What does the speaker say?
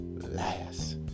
last